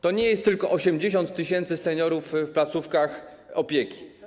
To nie jest tylko 80 tys. seniorów w placówkach opieki.